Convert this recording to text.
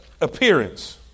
appearance